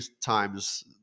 times